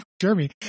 jeremy